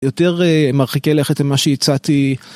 יותר מרחיקי לכת ממה שהצעתי...